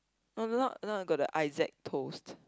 no that time that time I got the Isaac Toast